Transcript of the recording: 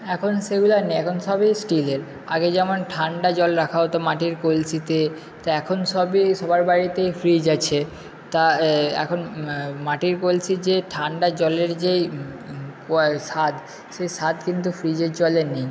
এখন সেগুলো আর নেই এখন সবই স্টিলের আগে যেমন ঠান্ডা জল রাখা হতো মাটির কলসিতে তো এখন সবই সবার বাড়িতেই ফ্রিজ আছে তা এখন মাটির কলসির যে ঠান্ডা জলের যে স্বাদ সে স্বাদ কিন্তু ফ্রিজের জলে নেই